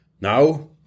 now